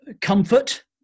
comfort